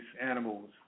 animals